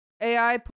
AI